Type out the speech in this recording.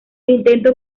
intento